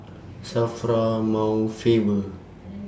SAFRA Mount Faber